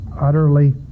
utterly